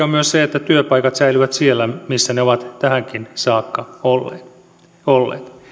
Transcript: on myös se että työpaikat säilyvät siellä missä ne ovat tähänkin saakka olleet